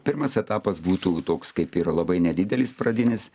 pirmas etapas būtų toks kaip ir labai nedidelis pradinis